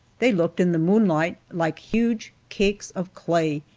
they looked, in the moonlight, like huge cakes of clay,